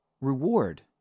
reward